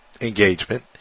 engagement